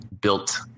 built